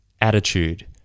attitude